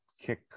kick